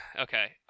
Okay